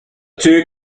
two